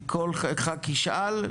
כל ח"כ ישאל,